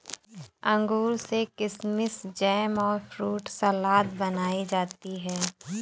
अंगूर से किशमिस जैम और फ्रूट सलाद बनाई जाती है